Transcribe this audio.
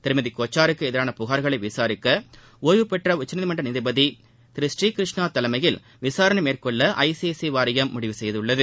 திருமதி கோச்சாருக்கு எதிரான புகார்களை விசாரிக்க ஒய்வு பெற்ற உச்சநீதிமன்ற நீதிபதி திரு பூரீகிருஷ்ணா தலைமையில் விசாரணை மேற்கொள்ள ஐசிஐசிஐ வாரியம் முடிவு செய்துள்ளது